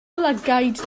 lygaid